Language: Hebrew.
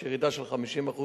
יש ירידה של 50%